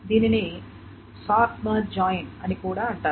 దీనిని sort merge join అని కూడా అంటారు